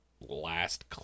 last